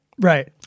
Right